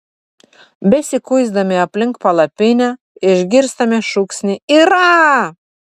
besikuisdami aplink palapinę išgirstame šūksnį yra